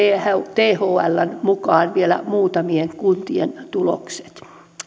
thln mukaan vielä muutamien kuntien tulokset